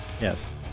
Yes